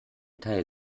teil